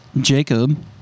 Jacob